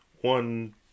one